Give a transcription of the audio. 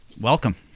welcome